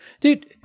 dude